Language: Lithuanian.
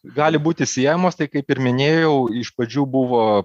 gali būti siejamos tai kaip ir minėjau iš pradžių buvo